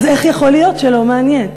אז איך יכול להיות שלא מעניין?